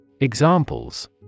Examples